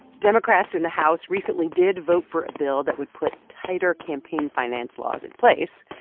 democrats in the house recently did vote for a bill that would put tighter campaign finance laws in place,